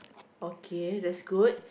okay that's good